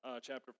chapter